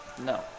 No